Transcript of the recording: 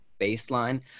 baseline